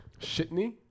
shitney